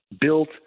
built